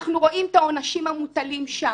אנחנו רואים את העונשים המוטלים שם.